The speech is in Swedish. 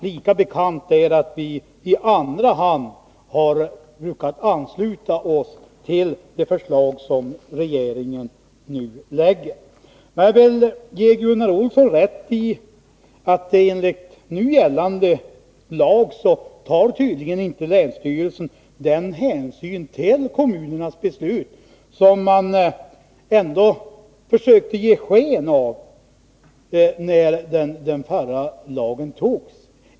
Lika bekant är att vi i andra hand ansluter oss till det förslag som regeringen nu lägger fram. Jag vill ge Gunnar Olsson rätt i att enligt nu gällande lag tar tydligen inte länsstyrelsen den hänsyn till kommunernas beslut som man ändå försökte ge sken av när den förra lagen antogs.